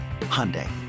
Hyundai